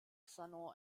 salon